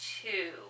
two